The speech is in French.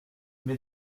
mais